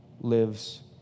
lives